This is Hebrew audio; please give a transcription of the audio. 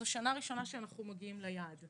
זאת השנה הראשונה שאנחנו מגיעים ליעד.